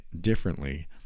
differently